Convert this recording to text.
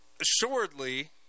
assuredly